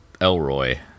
Elroy